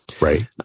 Right